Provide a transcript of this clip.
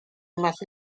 más